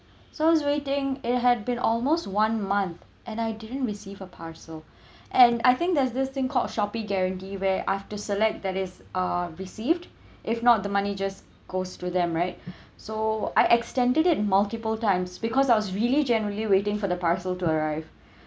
so I was waiting it had been almost one month and I didn't receive a parcel and I think there's this thing called Shopee guarantee where I've to select that is uh received if not the money just goes to them right so I extended it multiple times because I was really generally waiting for the parcel to arrive